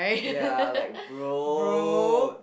ya like bro